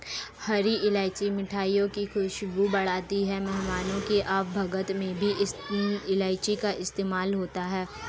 हरी इलायची मिठाइयों की खुशबू बढ़ाती है मेहमानों की आवभगत में भी इलायची का इस्तेमाल होता है